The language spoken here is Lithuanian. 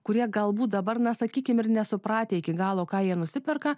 kurie galbūt dabar na sakykime ir nesupratę iki galo ką jie nusiperka